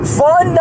fun